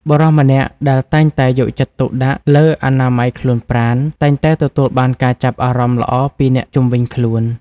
បុរសម្នាក់ដែលតែងតែយកចិត្តទុកដាក់លើអនាម័យខ្លួនប្រាណ តែងតែទទួលបានការចាប់អារម្មណ៍ល្អពីអ្នកជុំវិញខ្លួន។